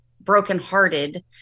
brokenhearted